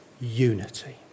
unity